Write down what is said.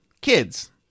kids